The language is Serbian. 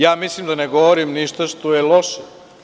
Ja mislim da ne govorim ništa što je loše.